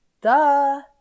duh